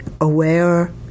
aware